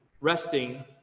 resting